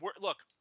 look